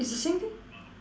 is the same thing